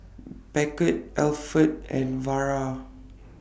Beckett Alford and Vara